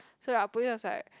so like the police was like